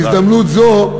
בהזדמנות זאת,